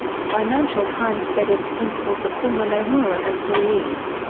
the financial times said its principals were former nomura employees.